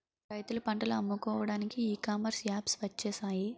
రైతులు పంటలు అమ్ముకోవడానికి ఈ కామర్స్ యాప్స్ వచ్చేసాయి